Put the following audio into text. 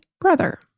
brother